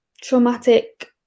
traumatic